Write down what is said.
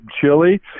chili